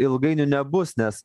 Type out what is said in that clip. ilgainiui nebus nes